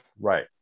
right